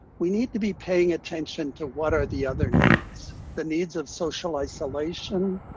we need to be paying attention to what are the other needs. the needs of social isolation.